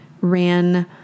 ran